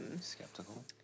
skeptical